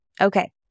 Okay